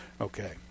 Okay